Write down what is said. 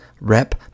rep